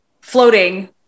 floating